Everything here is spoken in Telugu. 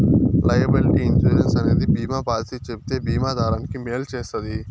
లైయబిలిటీ ఇన్సురెన్స్ అనేది బీమా పాలసీ చెబితే బీమా దారానికి మేలు చేస్తది